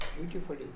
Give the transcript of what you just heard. beautifully